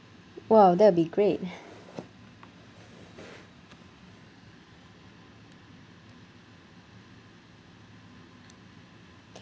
!wow! that would be great